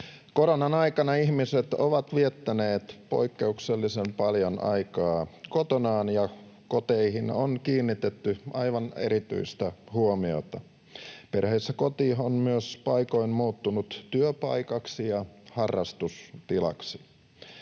Koronan aikana ihmiset ovat viettäneet poikkeuksellisen paljon aikaa kotonaan ja koteihin on kiinnitetty aivan erityistä huomiota. Perheissä koti on myös paikoin muuttunut työpaikaksi ja harrastustilaksi.